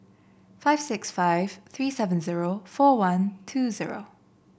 five six five three seven zero four one two zero